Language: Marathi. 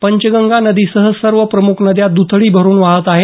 पंचगंगा नदी सह सर्व प्रमुख नद्या दुथडी भरून वाहत आहेत